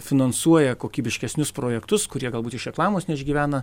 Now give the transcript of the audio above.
finansuoja kokybiškesnius projektus kurie galbūt iš reklamos neišgyvena